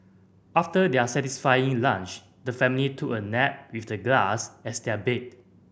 after their satisfying lunch the family took a nap with the glass as their bed